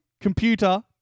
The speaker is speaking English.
computer